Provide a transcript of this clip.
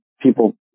People